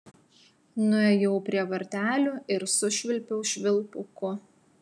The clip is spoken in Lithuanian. nuėjau prie vartelių ir sušvilpiau švilpuku